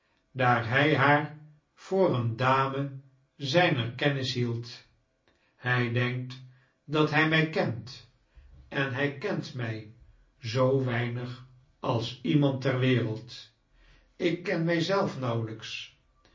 daar hij haar voor een dame zijner kennis hield hij denkt dat hij mij kent en hij kent mij zoo weinig als iemand ter wereld ik ken mij zelf nauwelijks